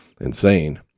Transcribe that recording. insane